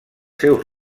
seus